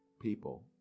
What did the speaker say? people